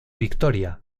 victoria